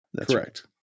Correct